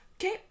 okay